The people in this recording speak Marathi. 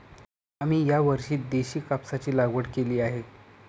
आम्ही यावर्षी देशी कापसाची लागवड केली आहे